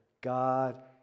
God